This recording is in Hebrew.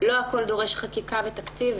לא הכול דורש חקיקה ותקציב,